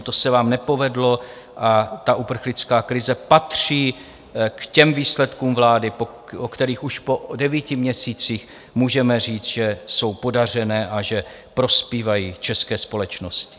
To se vám nepovedlo a uprchlická krize patří k těm výsledkům vlády, o kterých už po devíti měsících můžeme říct, že jsou podařené a že prospívají české společnosti.